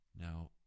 Now